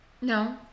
No